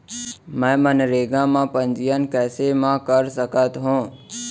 मैं मनरेगा म पंजीयन कैसे म कर सकत हो?